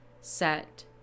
set